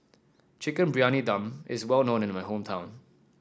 Chicken Briyani Dum is well known in my hometown